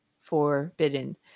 forbidden